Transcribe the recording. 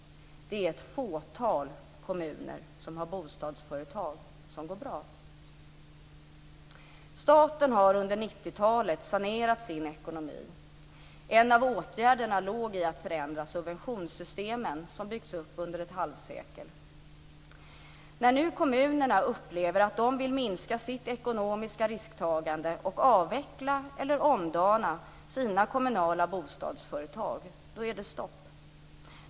Det är ett fåtal kommuner som har bostadsföretag som går bra. Staten har under 90-talet sanerat sin ekonomi. En av åtgärderna var att förändra de subventionssystem som byggts upp under ett halvsekel. När nu kommunerna upplever att de vill minska sitt ekonomiska risktagande och avveckla eller omdana sina kommunala bostadsföretag är det stopp.